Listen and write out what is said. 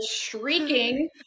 shrieking